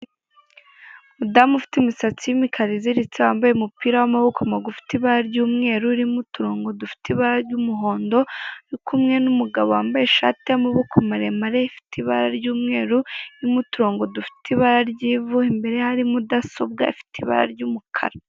Umudamu ufite imisatsi y'imikara iziritse wambaye umupira w'amaboko magufi ufite ibara ry'umweru urimo uturongo dufite ibara ry'umuhondo, urikumwe n'umugabo wambaye ishati y'amaboko maremare ufite ibara ry'umweru urimo uturongo dufite ibara ry'ivu, imbere ye hari mudasobwa ifite ibara ry'umukara.